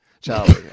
Charlie